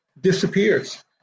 disappears